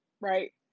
right